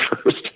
first